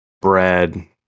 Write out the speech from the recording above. bread